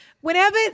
whenever